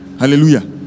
Hallelujah